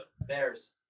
Bears